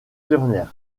turner